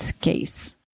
case